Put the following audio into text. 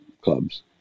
clubs